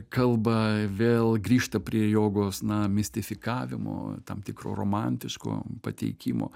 kalba vėl grįžta prie jogos na mistifikavimo tam tikro romantiško pateikimo